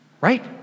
right